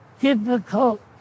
difficult